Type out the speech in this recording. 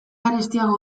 garestiago